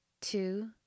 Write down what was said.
Two